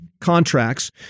contracts